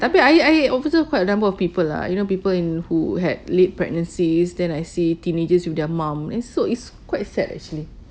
ya air air i~ I also quite a number of people lah you know people in who had late pregnancies then I see teenagers with their mum it's so it's quite sad actually